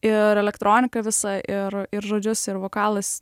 ir elektroniką visą ir ir žodžius ir vokalas